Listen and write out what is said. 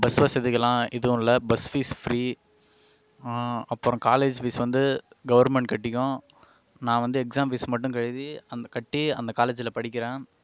bus வசதிக்கலாம் எதுவும் இல்லை பஸ் ஃபீஸ் ஃபிரீ அப்றம் காலேஜ் ஃபீஸ் வந்து கவர்மெண்ட் கட்டிக்கும் நான் வந்து எக்ஸாம் ஃபீஸ் மட்டும் எழுதி அந்த கட்டி அந்த காலேஜில்படிக்கிறேன்